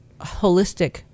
holistic